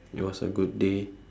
it was a good day